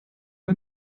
bei